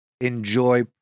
Enjoy